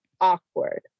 awkward